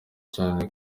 cyane